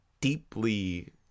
deeply